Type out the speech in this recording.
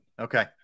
Okay